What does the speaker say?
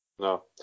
No